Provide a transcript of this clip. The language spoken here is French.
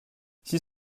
six